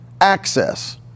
access